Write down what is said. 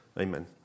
Amen